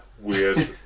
weird